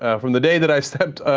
ah from the day that i said ah.